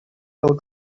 your